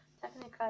technically